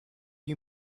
you